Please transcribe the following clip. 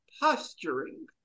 posturing